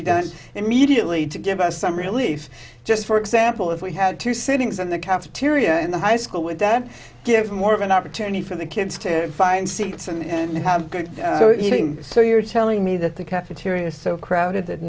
be done immediately to give us some relief just for example if we had two sittings in the cafeteria in the high school would that give more of an opportunity for the kids to find seats and have good eating so you're telling me that the cafeteria is so crowded that